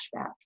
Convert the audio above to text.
flashback